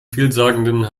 vielsagenden